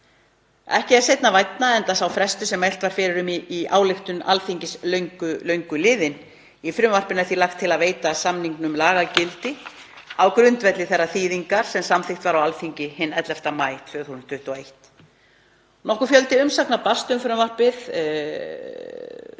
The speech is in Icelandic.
Ekki er seinna vænna enda sá frestur sem mælt var fyrir um í ályktun Alþingis löngu liðinn. Í frumvarpinu er því lagt til að veita samningnum lagagildi á grundvelli þeirrar þýðingar sem samþykkt var á Alþingi hinn 11. maí 2021. Nokkur fjöldi umsagna barst um frumvarp